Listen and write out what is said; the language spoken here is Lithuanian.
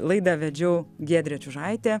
laidą vedžiau giedrė čiužaitė